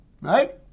right